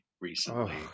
recently